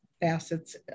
facets